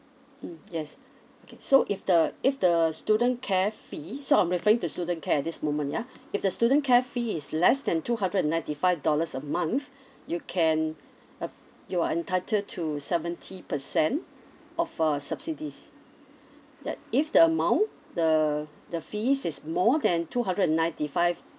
mm yes okay so if the if the student care fee so I'm referring to student care at this moment ya if the student care fee is less than two hundred and ninety five dollars a month you can uh you are entitled to seventy percent of uh subsidies that if the amount the the fees is more than two hundred and ninety five